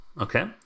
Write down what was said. Okay